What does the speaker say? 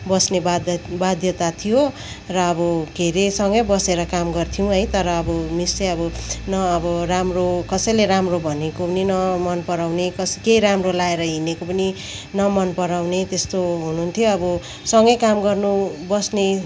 बस्ने बाध बाध्यता थियो र अब के अरे सँगै बसेर काम गर्थ्यौँ है तर अब मिस चाहिँ अब न अब राम्रो कसैले राम्रो भनेको पनि न मन पराउने कस केही राम्रो लाएर हिँडेको पनि न मन पराउने त्यस्तो हुनुहुन्थ्यो अब सँगै काम गर्न बस्ने